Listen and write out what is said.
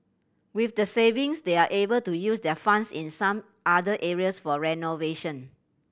with the savings they're able to use their funds in some other areas for renovation